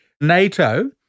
NATO